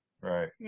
right